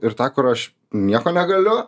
ir tą kur aš nieko negaliu